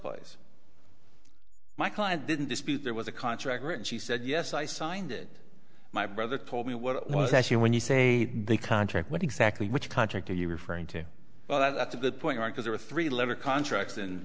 place my client didn't dispute there was a contract written she said yes i signed it my brother told me what it was actually when you say the contract what exactly which contract are you referring to well that's a good point because there are three letter contracts